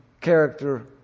character